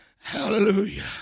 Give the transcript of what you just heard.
Hallelujah